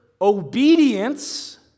Obedience